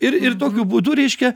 ir ir tokiu būdu reiškia